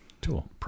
tool